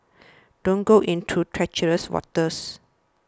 don't go into treacherous waters